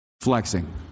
flexing